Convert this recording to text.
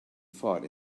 fought